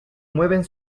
mueven